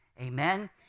Amen